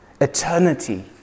Eternity